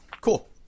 Cool